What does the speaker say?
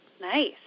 Nice